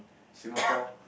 Singapore